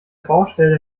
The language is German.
baustelle